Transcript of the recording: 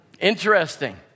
Interesting